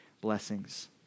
blessings